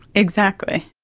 exactly.